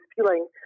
feeling